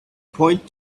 point